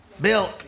Bill